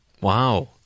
Wow